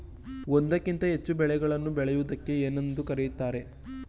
ಒಂದಕ್ಕಿಂತ ಹೆಚ್ಚು ಬೆಳೆಗಳನ್ನು ಬೆಳೆಯುವುದಕ್ಕೆ ಏನೆಂದು ಕರೆಯುತ್ತಾರೆ?